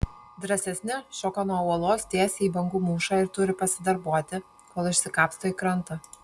drąsesni šoka nuo uolos tiesiai į bangų mūšą ir turi pasidarbuoti kol išsikapsto į krantą